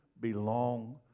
belong